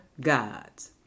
gods